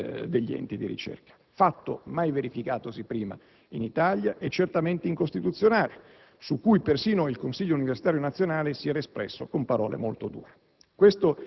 degli enti di ricerca; fatto mai verificatosi prima in Italia e certamente incostituzionale, su cui persino il Consiglio universitario nazionale si era espresso con parole molto dure.